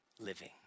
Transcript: living